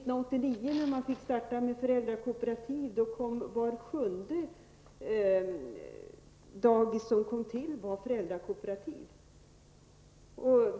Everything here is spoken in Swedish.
När man fick starta med föräldrakooperativ 1989 var vart sjunde dagis som kom till just ett föräldrakooperativ.